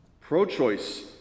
Pro-choice